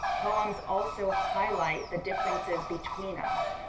poems also highlight the differences between us,